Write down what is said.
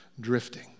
drifting